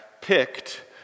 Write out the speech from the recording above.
picked